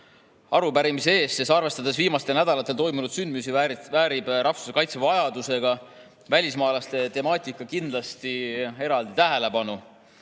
arupärimise eest! Arvestades viimastel nädalatel toimunud sündmusi, väärib rahvusvahelise kaitse vajadusega välismaalaste temaatika kindlasti eraldi tähelepanu.